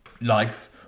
life